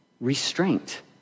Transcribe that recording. restraint